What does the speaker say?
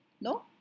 No